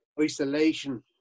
isolation